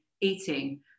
eating